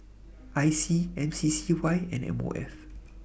IC MCCY and MOF